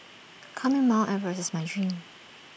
climbing mount Everest is my dream